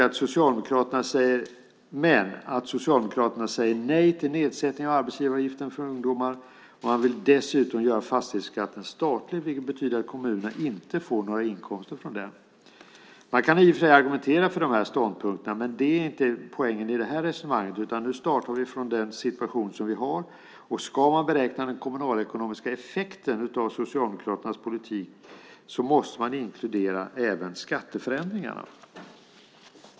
Men Socialdemokraterna säger nej till nedsättningen av arbetsgivaravgiften för ungdomar. De vill dessutom göra fastighetsskatten statlig, vilket betyder att kommunerna inte får några inkomster från den. Man kan i och för sig argumentera för de här ståndpunkterna, men det är inte poängen i det här resonemanget. Nu startar vi från den situation som vi har. Om man ska beräkna den kommunalekonomiska effekten av Socialdemokraternas politik måste man inkludera även skatteförändringarna.